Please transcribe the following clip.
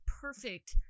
perfect